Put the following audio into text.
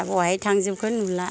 बबावहाय थांजोबखो नुला